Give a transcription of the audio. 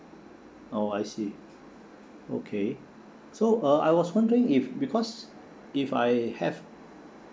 oh I see okay so uh I was wondering if because if I have